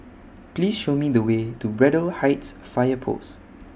Please Show Me The Way to Braddell Heights Fire Post